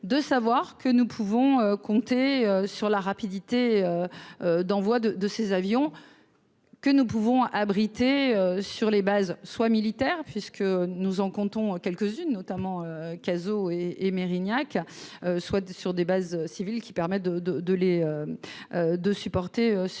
de savoir que nous pouvons compter sur la rapidité d'envoi de de ces avions que nous pouvons abriter sur les bases soit militaire puisque nous en comptons quelques-unes notamment Cazaux et et Mérignac, soit sur des bases civiles qui permettent de, de, de, les, de